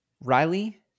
Riley